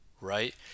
right